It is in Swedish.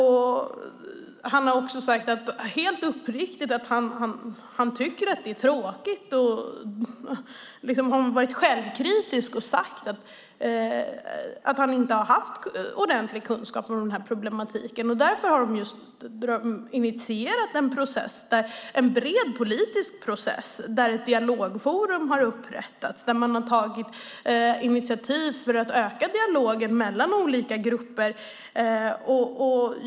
Han har också helt uppriktigt sagt att han tycker att det är tråkigt. Han har varit självkritisk och sagt att han inte har haft ordentlig kunskap om den här problematiken. Därför har man initierat en bred politisk process där ett dialogforum har upprättats. Man har tagit initiativ för att öka dialogen mellan olika grupper.